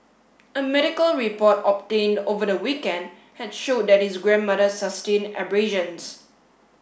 a medical report obtained over the weekend had showed that his grandmother sustained abrasions